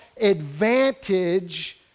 advantage